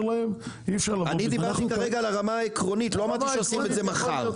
אני דיברתי כרגע על הרמה העקרונית; לא אמרתי שנעשה את זה מחר.